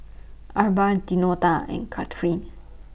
Arba Deonta and Kathryne